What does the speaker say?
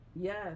yes